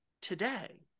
today